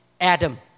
Adam